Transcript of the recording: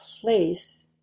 place